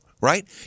right